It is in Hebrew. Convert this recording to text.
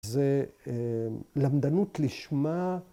‫זו למדנות לשמה.